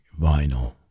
vinyl